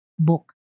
Book